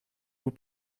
vous